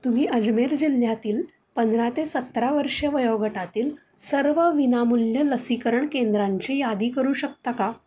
तुम्ही अजमेर जिल्ह्यातील पंधरा ते सतरा वर्ष वयोगटातील सर्व विनामूल्य लसीकरण केंद्रांची यादी करू शकता का